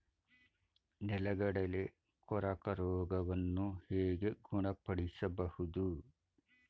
ನೆಲಗಡಲೆ ಕೊರಕ ರೋಗವನ್ನು ಹೇಗೆ ಗುಣಪಡಿಸಬಹುದು?